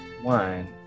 one